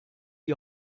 die